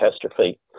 catastrophe